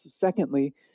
Secondly